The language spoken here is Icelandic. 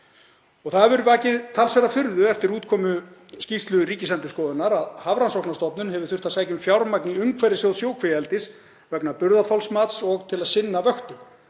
Það hefur vakið talsverða furðu, eftir útkomu skýrslu Ríkisendurskoðunar, að Hafrannsóknastofnun hefur þurft að sækja um fjármagn í umhverfissjóð sjókvíaeldis vegna burðarþolsmats og til að sinna vöktun.